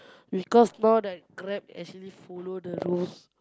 because now that Grab actually follow the rules